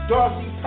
Darcy